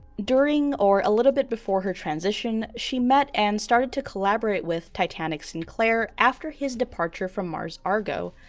during or a little bit before her transition, she met and started to collaborate with titanic sinclair, after his departure from mars argo,